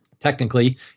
Technically